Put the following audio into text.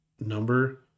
number